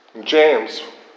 James